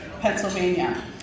Pennsylvania